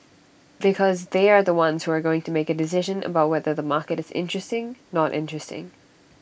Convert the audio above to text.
because they are the ones who are going to make A decision about whether the market is interesting not interesting